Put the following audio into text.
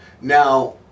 Now